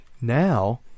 now